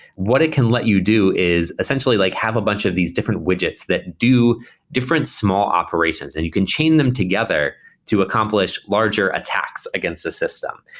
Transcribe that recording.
what it can let you do is essentially like have a bunch of these different widgets that do different small operations, and you can chain them together to accomplish larger attacks against the system.